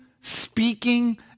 speaking